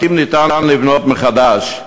בתים ניתן לבנות מחדש,